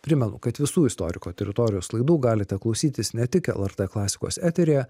primenu kad visų istoriko teritorijos laidų galite klausytis ne tik lrt klasikos eteryje